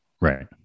right